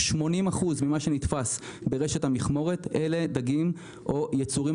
80% ממה שנתפס ברשת המכמורת זה דגים או יצורים